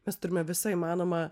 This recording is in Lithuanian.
mes turime visą įmanomą